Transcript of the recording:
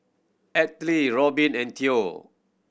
Altie Robyn and Theo